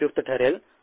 ते उपयुक्त ठरेल